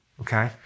Okay